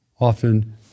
often